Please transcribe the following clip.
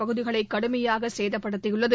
பகுதிகளைகடுமையாகசேதப்படுத்தியுள்ளது